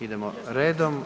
Idemo redom.